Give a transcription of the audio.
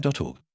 Org